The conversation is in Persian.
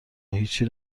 هیچی